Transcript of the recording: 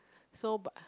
so but